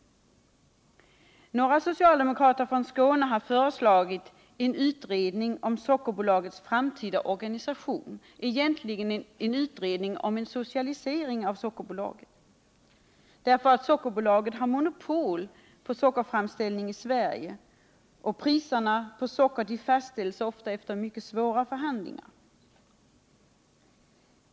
Några socialdemokrater från Skåne har föreslagit en utredning om Sockerbolagets framtida organisation, egentligen en utredning om en socialisering av Sockerbolaget. Sockerbolaget har monopol på sockerframställning i Sverige, och priserna på socker fastställs ofta efter mycket svåra förhandlingar.